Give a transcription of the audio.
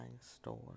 store